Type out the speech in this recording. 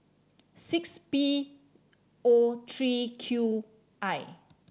six P O three Q I